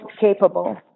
capable